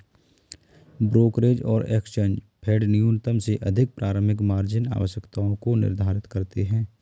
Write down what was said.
brokerage और exchange फेडन्यूनतम से अधिक प्रारंभिक मार्जिन आवश्यकताओं को निर्धारित करते हैं